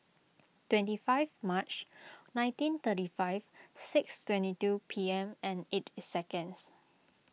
twenty five March nineteen thirty five six twenty two P M and eight seconds